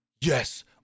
yes